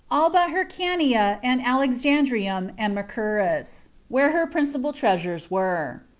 all but hyrcania, and alexandrium, and macherus, where her principal treasures were.